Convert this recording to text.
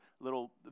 little